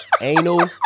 Anal